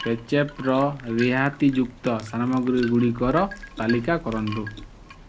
ବେଚେଫର ରିହାତିଯୁକ୍ତ ସାମଗ୍ରୀଗୁଡ଼ିକର ତାଲିକା କରନ୍ତୁ